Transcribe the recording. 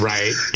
Right